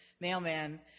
mailman